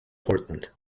portland